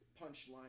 Punchline